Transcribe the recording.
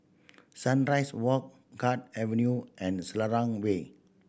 Sunrise Walk Guard Avenue and Selarang Way